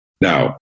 Now